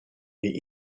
die